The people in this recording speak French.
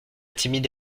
timide